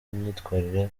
imyitwarire